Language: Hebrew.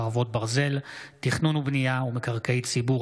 חרבות ברזל) (תכנון ובנייה ומקרקעי ציבור),